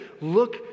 look